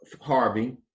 Harvey